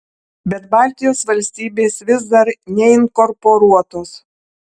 bet baltijos valstybės vis dar neinkorporuotos